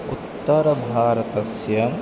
उत्तरभारतस्य